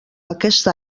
aquest